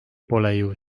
pole